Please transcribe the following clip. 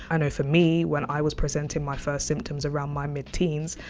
i know for me when i was presenting my first symptoms around my mid teens,